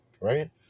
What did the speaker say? right